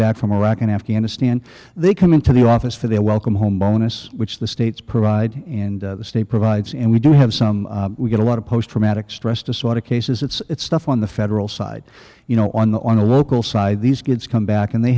back from iraq and afghanistan they come into the office for their welcome home bonus which the states provide and the state provides and we do have some we get a lot of post traumatic stress disorder cases it's stuff on the federal side you know on the local side these kids come back and they